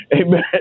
Amen